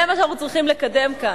זה מה שאנחנו צריכים לקדם כאן.